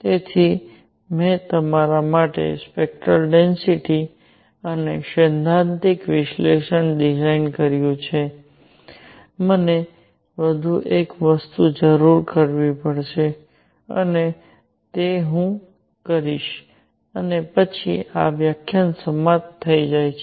તેથી મેં તમારા માટે સ્પેક્ટરલ ડેન્સિટિ અને સૈદ્ધાંતિક વિશ્લેષણ ડિઝાઇન કર્યું છે મને વધુ એક વસ્તુની જરૂર પડશે અને તે હું તે કરીશ અને પછી આ વ્યાખ્યાન સમાપ્ત થઈ જાય છે